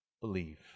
Believe